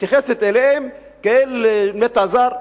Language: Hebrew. מתייחסת אליהם כאל נטע זר.